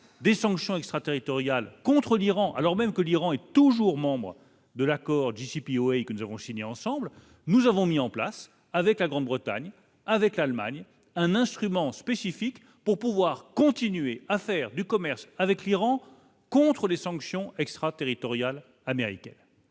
des sanctions extraterritoriales contre l'Iran, alors même que l'Iran est toujours membre de l'accord d'ici et que nous avons signé ensemble, nous avons mis en place avec la Grande-Bretagne avec l'Allemagne un instrument spécifique pour pouvoir continuer à faire du commerce avec l'Iran contre les sanctions extraterritoriales américaines